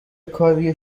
کاری